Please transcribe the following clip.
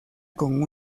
con